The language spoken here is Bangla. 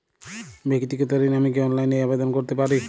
ব্যাক্তিগত ঋণ আমি কি অনলাইন এ আবেদন করতে পারি?